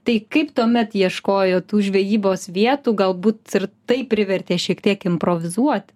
tai kaip tuomet ieškojot tų žvejybos vietų galbūt ir tai privertė šiek tiek improvizuoti